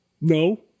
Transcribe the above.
No